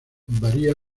varía